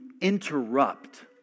interrupt